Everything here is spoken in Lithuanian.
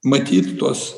matyt tuos